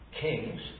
kings